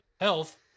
health